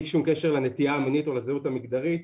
שום קשר לנטייה המינית או לזהות המגדרית